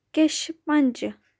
किश पंज